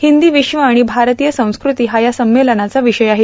हिंदी विश्व आणि भारतीय संस्कृती हा या संमेलनाचा विषय आहे